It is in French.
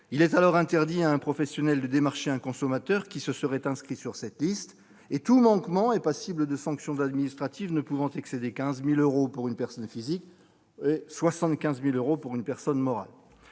Il est alors interdit à un professionnel de démarcher un consommateur qui se serait inscrit sur cette liste. Tout manquement est passible de sanctions administratives, lesquelles ne peuvent excéder 15 000 euros pour une personne physique et 75 000 euros pour une personne morale.